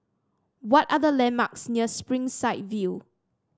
what are the landmarks near Springside View